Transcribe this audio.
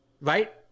right